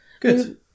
Good